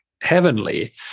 heavenly